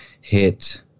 hit